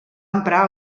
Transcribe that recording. emprar